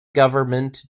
government